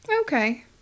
Okay